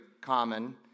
common